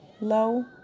low